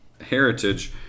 heritage